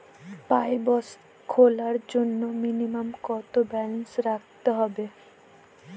পাসবই খোলার জন্য মিনিমাম কত ব্যালেন্স রাখতে হবে?